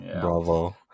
Bravo